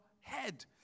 head